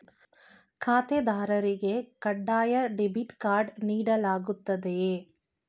ಖಾತೆದಾರರಿಗೆ ಕಡ್ಡಾಯ debit card ನೀಡಲಾಗುತ್ತದೆಯೇ?